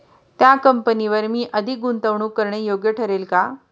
त्या कंपनीवर मी अधिक गुंतवणूक करणे योग्य ठरेल का?